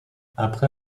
après